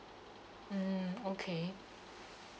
mm okay